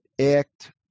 act